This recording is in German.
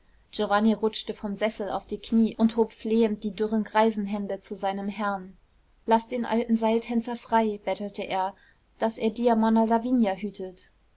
giovanni rutschte vom sessel auf die knie und hob flehend die dürren greisenhände zu seinem herrn laß den alten seiltänzer frei bettelte er daß er dir monna lavinia hütet